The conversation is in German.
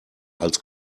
als